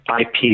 IP